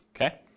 okay